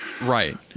Right